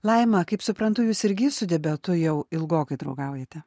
laima kaip suprantu jūs irgi su diabetu jau ilgokai draugaujate